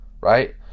Right